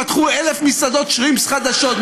פתחו אלף מסעדות שרימפס חדשות.